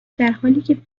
درحالیکه